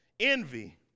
envy